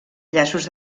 llaços